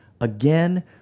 again